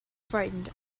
frightened